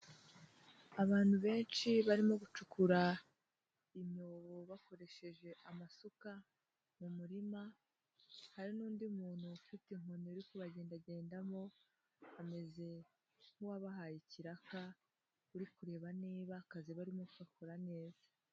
Abantu benshi barimo gucukura imyobo bakoresheje amasuka mu murima, hari n'undi muntu ufite inkoni uri kugenda abagendagendamo, ameze nk'uwabahaye ikiraka, uri kureba niba akazi barimo bagakora neza.